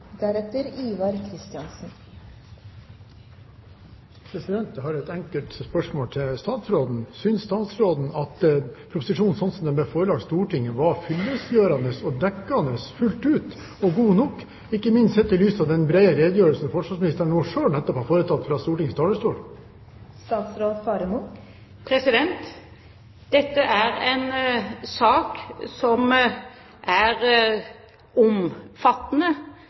har et enkelt spørsmål til statsråden: Synes statsråden at proposisjonen, sånn som den ble forelagt Stortinget, var fyllestgjørende, fullt ut dekkende og god nok – ikke minst sett i lys av den brede redegjørelsen forsvarsministeren nå nettopp har gitt fra Stortingets talerstol? Dette er en sak som er omfattende